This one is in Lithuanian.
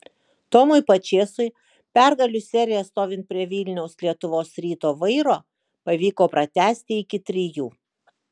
tomui pačėsui pergalių seriją stovint prie vilniaus lietuvos ryto vairo pavyko pratęsti iki trijų